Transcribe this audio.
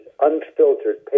unfiltered